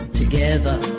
together